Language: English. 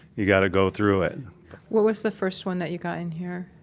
you got to go through it what was the first one that you got in here?